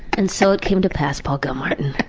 and so it came to pass, paul gilmartin,